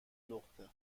لخته